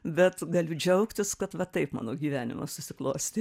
bet galiu džiaugtis kad va taip mano gyvenimas susiklostė